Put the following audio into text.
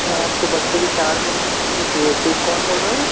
अच्छा आपको बच्चे की चार दिन की छुट्टी चाहिए थी कौन बोल रहे हो